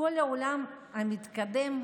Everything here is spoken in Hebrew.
כל העולם המתקדם,